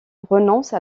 renonce